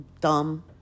dumb